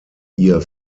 ihr